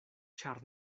ĉar